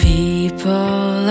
People